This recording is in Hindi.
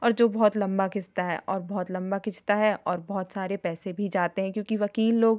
और जो बहुत लम्बा खिंचता है और बहुत लम्बा खिंचता है और बहुत सारे पैसे भी जाते हैं क्योंकि वकील लोग